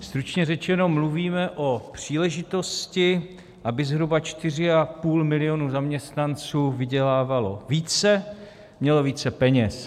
Stručně řečeno, mluvíme o příležitosti, aby zhruba 4,5 milionu zaměstnanců vydělávalo více, mělo více peněz.